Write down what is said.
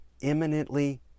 Imminently